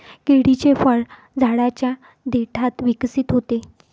केळीचे फळ झाडाच्या देठात विकसित होते